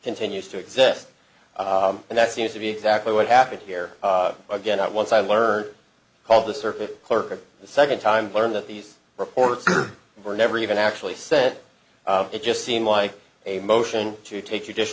continues to exist and that seems to be exactly what happened here again not once i learned called the surface clerk of the second time learned that these reports were never even actually sent it just seemed like a motion to take your dish